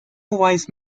wise